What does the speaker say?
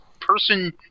person